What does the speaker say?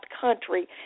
country